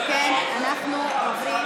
אם כן, אנחנו עוברים